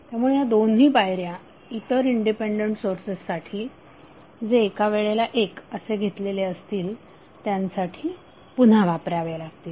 त्यामुळे ह्या दोन पायऱ्या इतर इंडिपेंडेंट सोर्सेससाठी जे एका वेळेला एक असे घेतलेले असतील त्यांसाठी पुन्हा वापराव्या लागतील